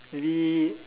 maybe